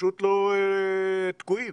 פשוט תקועים.